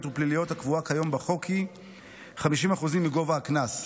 ופליליות הקבועה כיום בחוק היא 50% מגובה הקנס,